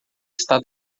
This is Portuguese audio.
está